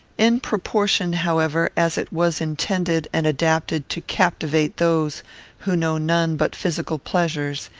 in proportion, however, as it was intended and adapted to captivate those who know none but physical pleasures,